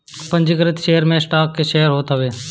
पंजीकृत share stock के share होत हवे